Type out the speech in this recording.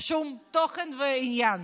שום תוכן ועניין.